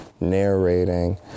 narrating